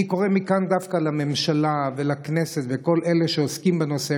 אני קורא מכאן דווקא לממשלה ולכנסת ולכל אלה שעוסקים בנושא,